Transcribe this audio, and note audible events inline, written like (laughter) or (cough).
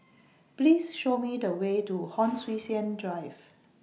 (noise) Please Show Me The Way to Hon Sui Sen Drive